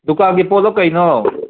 ꯗꯨꯀꯥꯟꯒꯤ ꯄꯣꯠꯂꯣ ꯀꯩꯅꯣ